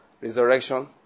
resurrection